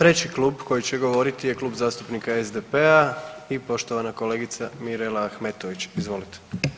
3. klub koji će govoriti je Klub zastupnika SDP-a i poštovana kolegica Mirela Ahmetović, izvolite.